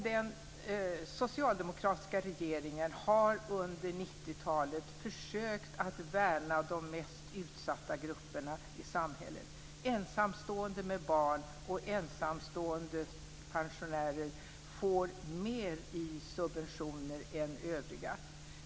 Den socialdemokratiska regeringen har under 90 talet försökt att värna de mest utsatta grupperna i samhället. Ensamstående med barn och ensamstående pensionärer får mer i subventioner än övriga.